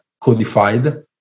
codified